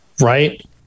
right